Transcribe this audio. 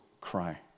cry